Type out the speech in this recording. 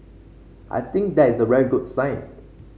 I think that is a very good sign